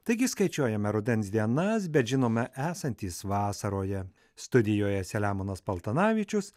taigi skaičiuojame rudens dienas bet žinome esantys vasaroje studijoje selemonas paltanavičius